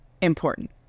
important